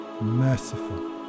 merciful